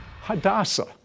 Hadassah